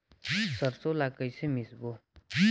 सरसो ला कइसे मिसबो?